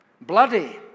bloody